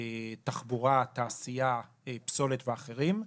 תחבורה, תעשייה, פסולת, ואחרים,